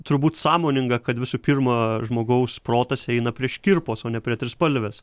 turbūt sąmoninga kad visų pirma žmogaus protas eina prie škirpos o ne prie trispalvės